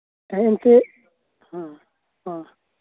ᱦᱮᱸ ᱜᱚᱝᱠᱮ ᱦᱮᱸ ᱦᱮᱸ